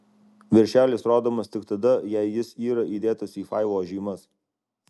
viršelis rodomas tik tada jei jis yra įdėtas į failo žymas